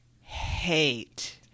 hate